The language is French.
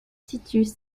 titus